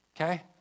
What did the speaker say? Okay